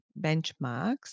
benchmarks